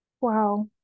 wow